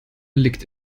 liegt